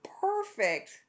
perfect